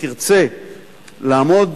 שתרצה לעמוד